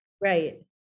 Right